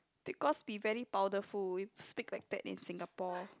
because we very powderful we speak like that in Singapore